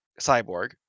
Cyborg